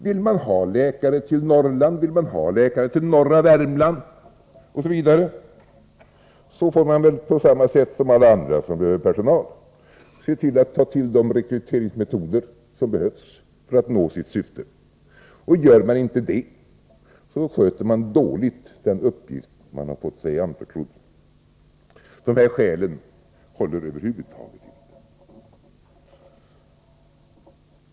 Vill man ha läkare till Norrland, till norra Värmland osv., får man väl på samma sätt som alla andra som behöver personal ta till de rekryteringsmetoder som behövs för att nå målet. Gör man inte det, sköter man dåligt den uppgift som man fått sig anförtrodd. De anförda skälen håller över huvud taget inte.